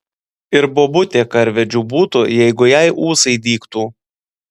ir bobutė karvedžiu būtų jeigu jai ūsai dygtų